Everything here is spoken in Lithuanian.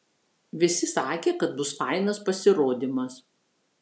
visi sakė kad bus fainas pasirodymas